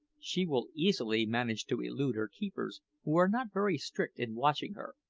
she will easily manage to elude her keepers, who are not very strict in watching her,